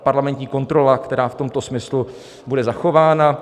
Parlamentní kontrola, která v tomto smyslu bude zachována.